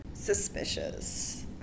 suspicious